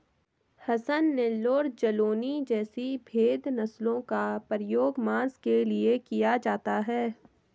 हसन, नेल्लौर, जालौनी जैसी भेद नस्लों का प्रयोग मांस के लिए किया जाता है